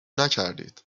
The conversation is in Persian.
نکردید